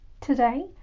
Today